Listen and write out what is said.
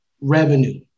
revenue